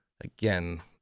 again